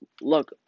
look